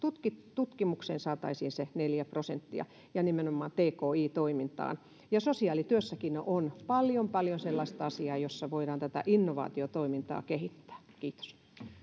tutkimukseen saataisiin se neljä prosenttia ja nimenomaan tki toimintaan sosiaalityössäkin on on paljon paljon sellaista asiaa jossa voidaan tätä innovaatiotoimintaa kehittää kiitos